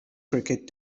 cricket